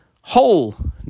whole